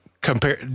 compare